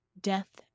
death